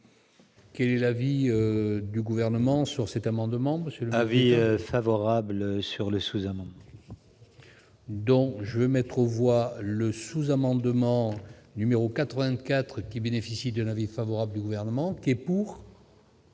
Quel est l'avis du Gouvernement sur le sous-amendement